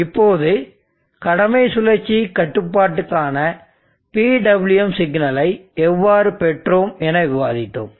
இப்போது கடமை சுழற்சி கட்டுப்பாட்டுக்கான PWM சிக்னல்களை எவ்வாறு பெற்றோம் என விவாதித்தோம்